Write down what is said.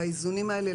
באיזונים האלה,